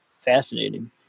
fascinating